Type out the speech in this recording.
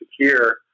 secure